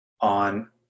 on